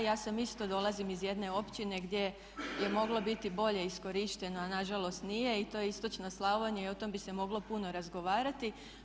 Ja sam isto, dolazim iz jedne općine gdje je moglo biti bolje iskorišteno, a na žalost nije i to je istočna Slavonija i o tom bi se moglo puno razgovarati.